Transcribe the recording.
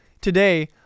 today